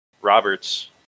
Roberts